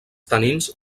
tanins